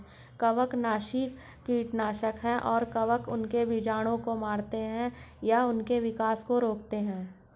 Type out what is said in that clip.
कवकनाशी कीटनाशक है कवक उनके बीजाणुओं को मारते है या उनके विकास को रोकते है